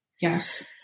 yes